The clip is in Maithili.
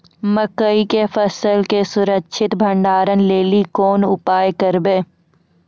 मकई के फसल के सुरक्षित भंडारण लेली कोंन उपाय करबै?